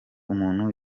umuntu